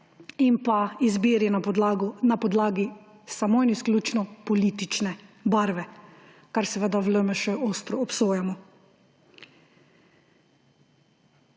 in izbiri na podlagi samo in izključno politične barve, kar seveda v LMŠ ostro obsojamo.